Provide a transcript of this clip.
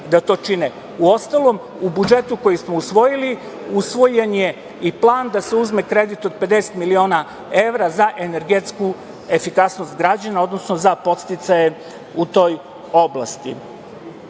da to čine. Uostalom u budžetu koji smo usvojili, usvojen je i plan da se uzme kredit od 50 miliona evra za energetsku efikasnost građana, odnosno za podsticaje u toj oblasti. Moram